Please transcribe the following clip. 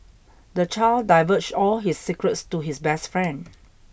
the child divulged all his secrets to his best friend